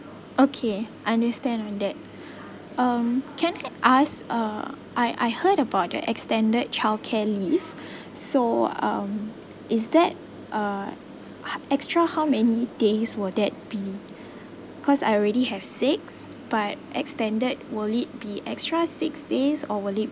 okay understand on that um can I ask uh I I heard about the extended childcare leave so um is that uh extra how many days will that be cause I already have six but extended will it be extra six days or would it